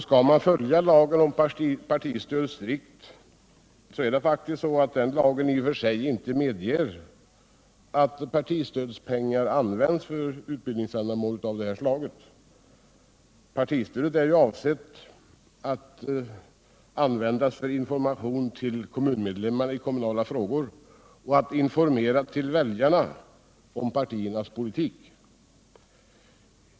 Skall man följa lagen om partistöd strikt, så måste man dessutom beakta att den lagen i och för sig faktiskt inte medger att partistödspengar används för utbildningsändamål av detta slag. Partistödet är ju avsett att användas för information till kommunmedlemmar i kommunala frågor och för information till väljarna om partiernas politik.